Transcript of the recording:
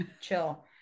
chill